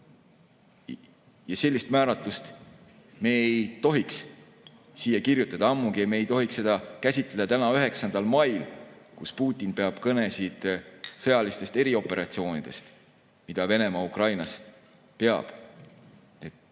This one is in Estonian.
Ja sellist määratlust me ei tohiks siia kirjutada, ammugi me ei tohiks seda käsitleda täna, 9. mail, kui Putin peab kõnesid sõjalistest erioperatsioonidest, mida Venemaa Ukrainas peab.